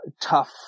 tough